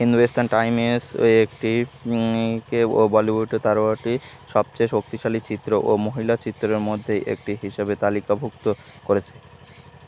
Hindustan Times একটি ও বলিউডে তারয় একটি সবচেয়ে শক্তিশালী চিত্র ও মহিলা চিত্রের মধ্যেই একটি হিসোবে তালিকাভুক্ত করেছে